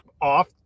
off